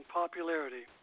popularity